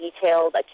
detailed